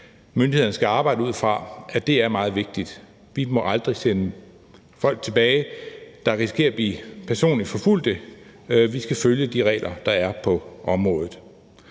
myndighederne skal arbejde ud fra, er meget vigtigt: Vi må aldrig sende folk tilbage, der risikerer at blive personligt forfulgte, vi skal følge de regler, der er på området.